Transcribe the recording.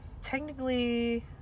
technically